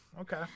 okay